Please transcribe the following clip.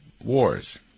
wars